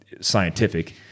scientific